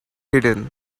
hidden